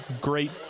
great